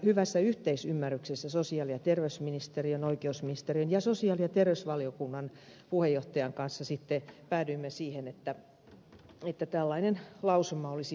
hyvässä yhteisymmärryksessä sosiaali ja terveysministeriön oikeusministeriön ja sosiaali ja terveysvaliokunnan puheenjohtajan kanssa sitten päädyimme siihen että tällainen lausuma olisi paikallaan